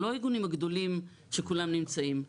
לא הארגונים הגדולים שכולם נמצאים.